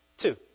two